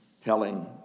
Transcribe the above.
telling